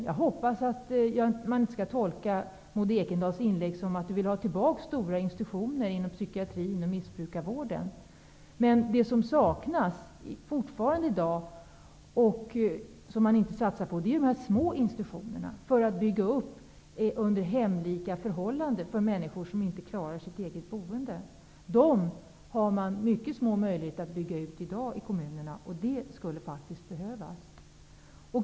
Jag hoppas att man inte skall tolka Maud Ekendahls inlägg så att hon vill ha tillbaka stora institutioner inom psykiatrin och missbrukarvården. Det som saknas fortfarande i dag och som det inte satsas på är de små institutionerna för att bygga upp hemlika förhållanden för människor som inte klarar sitt eget boende. Sådant har man väldigt små möjligheter att bygga ut i kommunerna. Det skulle faktiskt behövas.